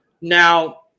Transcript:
Now